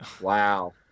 Wow